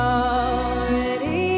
already